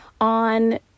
on